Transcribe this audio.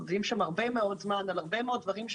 אנחנו עובדים שם הרבה מאוד זמן על הרבה מאוד דברים,